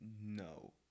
No